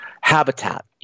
habitat